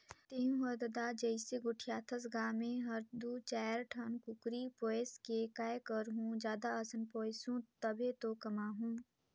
तहूँ हर ददा जइसे गोठियाथस गा मैं हर दू चायर ठन कुकरी पोयस के काय करहूँ जादा असन पोयसहूं तभे तो कमाहूं